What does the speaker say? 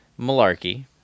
malarkey